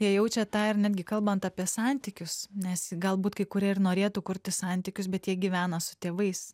jie jaučia tą ir netgi kalbant apie santykius nes galbūt kai kurie ir norėtų kurti santykius bet jie gyvena su tėvais